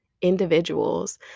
individuals